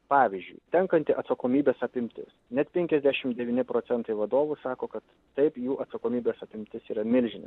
pavyzdžiui tenkanti atsakomybės apimtis net penkiasdešimt devyni procentai vadovų sako kad taip jų atsakomybės apimtis yra milžiniška